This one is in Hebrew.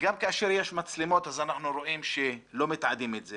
גם כאשר יש מצלמות אנחנו רואים שלא מתעדים את זה